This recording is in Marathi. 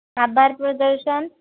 आभार प्रदर्शन